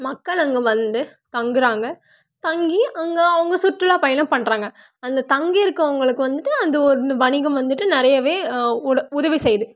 மக்கள் அங்கே வந்து தங்குகிறாங்க தங்கி அங்கே அவங்க சுற்றுலா பயணம் பண்ணுறாங்க அங்கே தங்கி இருக்கறவங்களுக்கு வந்துட்டு அந்த ஒரு வணிகம் வந்துட்டு நிறையவே உதவி செய்யுது